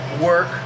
work